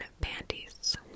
panties